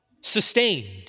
sustained